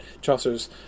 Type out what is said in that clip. Chaucer's